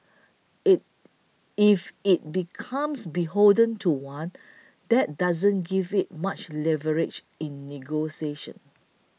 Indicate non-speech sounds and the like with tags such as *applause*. *hesitation* if it becomes beholden to one that doesn't give it much leverage in negotiations